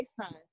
FaceTime